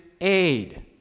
aid